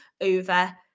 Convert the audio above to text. over